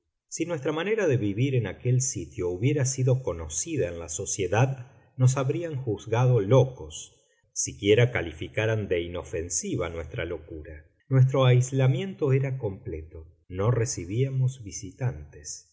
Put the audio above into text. si nuestra manera de vivir en aquel sitio hubiera sido conocida en la sociedad nos habrían juzgado locos siquiera calificaran de inofensiva nuestra locura nuestro aislamiento era completo no recibíamos visitantes